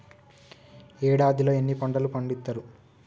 ఏడాదిలో ఎన్ని పంటలు పండిత్తరు?